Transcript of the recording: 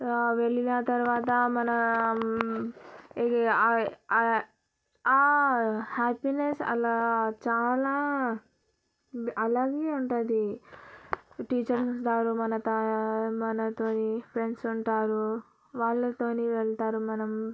వెళ్లిన తర్వాత మనం ఆ హ్యాపీనెస్ అలా చాలా అలాగే ఉంటుంది టీచర్స్ అందరూ మనత మనతోని ఫ్రెండ్స్ ఉంటారు వాళ్లతోని వెళ్తారు మనం